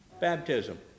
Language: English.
Baptism